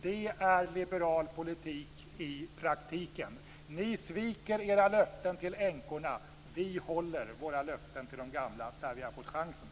Det är liberal politik i praktiken. Ni sviker era löften till änkorna. Vi håller våra löften till de gamla där vi har fått chansen.